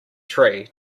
tree